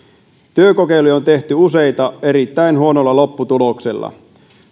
työkokeiluja on tehty useita erittäin huonolla lopputuloksella